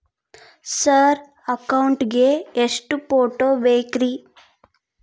Sir account ಗೇ ಎಷ್ಟು photo ಬೇಕ್ರಿ?